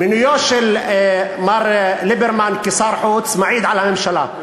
מינויו של מר ליברמן לשר החוץ מעיד על הממשלה,